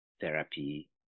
therapy